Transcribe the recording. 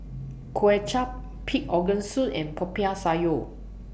Kway Chap Pig Organ Soup and Popiah Sayur